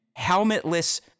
helmetless